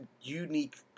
unique